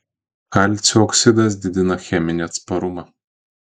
kalcio oksidas didina cheminį atsparumą